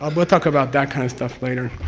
um we'll talk about that kind of stuff later.